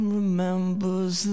remembers